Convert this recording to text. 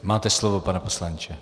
Máte slovo, pane poslanče.